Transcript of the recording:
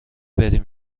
بریم